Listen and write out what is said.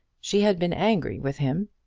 she had been angry with him.